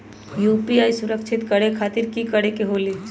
UPI सुरक्षित करे खातिर कि करे के होलि?